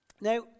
Now